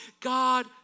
God